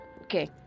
okay